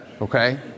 Okay